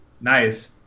Nice